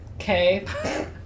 okay